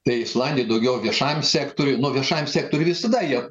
tai islandijoj daugiau viešąjam sektoriui nu viešajam sektoriui visada jie